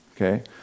Okay